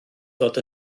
dod